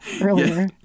earlier